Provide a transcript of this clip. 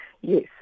Yes